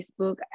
Facebook